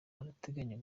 arateganya